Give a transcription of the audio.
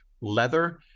leather